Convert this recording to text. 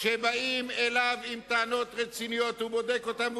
כשבאים אליו עם טענות רציניות הוא בודק אותן,